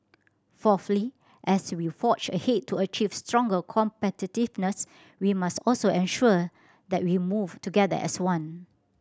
fourthly as we forge ahead to achieve stronger competitiveness we must also ensure that we move together as one